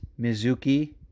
Mizuki